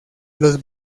los